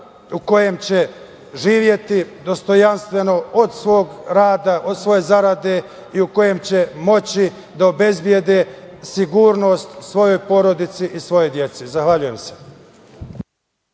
u kojem će živeti dostojanstveno od svog rada, od svoje zarade i o kojem će moći da obezbede sigurnost svojoj porodici i svojoj deci. Zahvaljujem se.